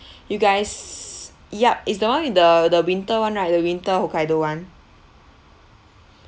you guys yup it's the one with the the winter [one] right the winter hokkaido [one]